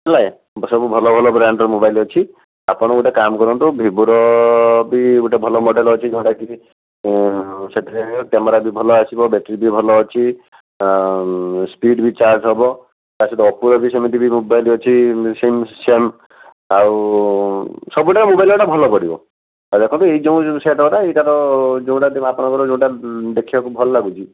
ହେଲେ ସବୁ ଭଲ ଭଲ ବ୍ରାଣ୍ଡ୍ର ମୋବାଇଲ୍ ଅଛି ଆପଣ ଗୋଟେ କାମ କରନ୍ତୁ ଭିବୋର ବି ଗୋଟେ ଭଲ ମଡ଼େଲ୍ ଅଛି ଯେଉଁଟା କି ସେଥିରେ କ୍ୟାମେରା ବି ଭଲ ଆସିବ ବ୍ୟାଟେରୀ ବି ଭଲ ଅଛି ସ୍ପିଡ଼ ବି ଚାର୍ଜ ହେବ ତା ସହିତ ଓପୋର ବି ସେମିତି ବି ମୋବାଇଲ୍ ଅଛି ସେମ୍ ଆଉ ସବୁଟା ମୋବାଇଲ୍ଗୁଡ଼ା ଭଲ ପଡ଼ିବ ଆଉ ଦେଖନ୍ତୁ ଏ ଯେଉଁ ସେଟ୍ଗୁଡ଼ା ଏଇଟାର ଯେଉଁଟା ଆପଣଙ୍କର ଯେଉଁଟା ଦେଖିବାକୁ ଭଲ ଲାଗୁଛି